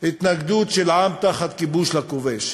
התנגדות של עם תחת כיבוש לכובש,